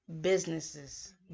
businesses